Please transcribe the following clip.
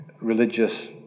religious